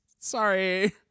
sorry